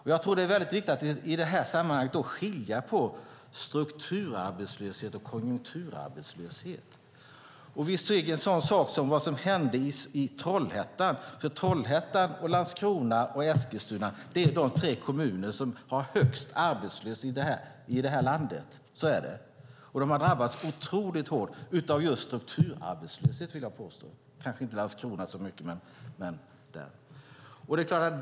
Jag tror att det är viktigt att skilja på strukturarbetslöshet och konjunkturarbetslöshet i det här sammanhanget. Vi såg vad som hände i Trollhättan. Trollhättan, Landskrona och Eskilstuna är de tre kommuner som har högst arbetslöshet i det här landet. De har drabbats otroligt hårt av strukturarbetslöshet, vill jag påstå. Det gäller kanske inte Landskrona så mycket.